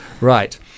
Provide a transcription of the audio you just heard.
Right